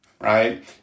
right